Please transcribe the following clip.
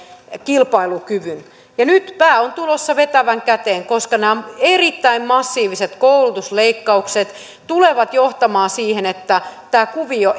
kilpailukyvyn nyt pää on tulossa vetävän käteen koska nämä erittäin massiiviset koulutusleikkaukset tulevat johtamaan siihen että tämä kuvio